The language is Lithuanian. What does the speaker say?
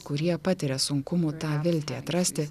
kurie patiria sunkumų tą viltį atrasti